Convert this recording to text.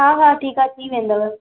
हा हा ठीकु आहे थी वेंदव